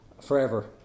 forever